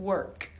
Work